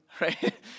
right